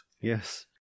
yes